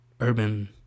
urban